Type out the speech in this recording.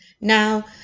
Now